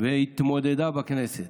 והתמודד לכנסת.